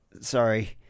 Sorry